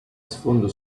sfondo